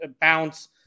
bounce